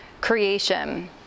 creation